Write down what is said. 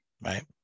Right